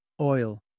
Oil